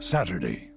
Saturday